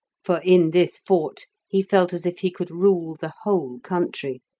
for in this fort he felt as if he could rule the whole country.